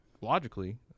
logically